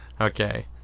Okay